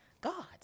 gods